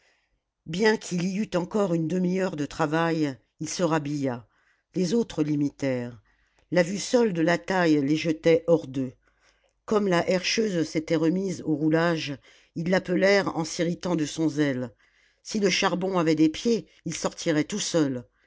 bien qu'il y eût encore une demi-heure de travail il se rhabilla les autres l'imitèrent la vue seule de la taille les jetait hors d'eux comme la herscheuse s'était remise au roulage ils l'appelèrent en s'irritant de son zèle si le charbon avait des pieds il sortirait tout seul